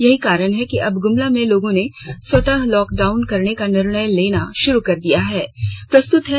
यही कारण है कि अब गुमला में लोगों ने स्वतः लॉकडाउन करने का निर्णय लेना शुरू कर दिया है